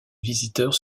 visiteurs